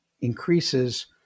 increases